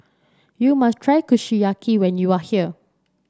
you must try Kushiyaki when you are here